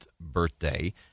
birthday